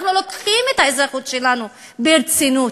אנחנו לוקחים את האזרחות שלנו ברצינות,